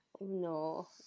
No